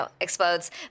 explodes